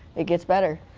it gets better.